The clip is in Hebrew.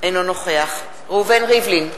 אינו נוכח ראובן ריבלין,